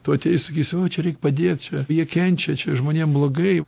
tu atėjai sakysi o čia reik padėt čia jie kenčia čia žmonėm blogai